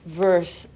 verse